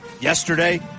yesterday